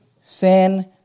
sin